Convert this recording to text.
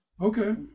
Okay